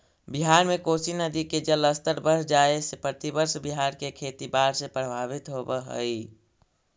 बिहार में कोसी नदी के जलस्तर बढ़ जाए से प्रतिवर्ष बिहार के खेती बाढ़ से प्रभावित होवऽ हई